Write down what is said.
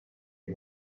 yng